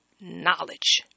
knowledge